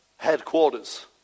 headquarters